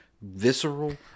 visceral